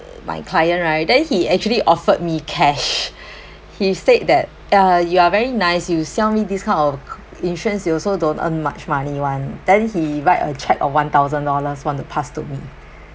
my client right then he actually offered me cash he said that uh you are very nice you sell me these kind of insurance you also don't earn much money [one] then he write a check of one thousand dollars want to pass to me